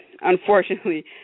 Unfortunately